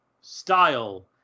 style